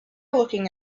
looking